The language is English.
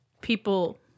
people